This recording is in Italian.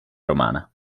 romana